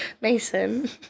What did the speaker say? Mason